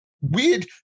weird